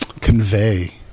convey